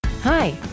Hi